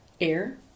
air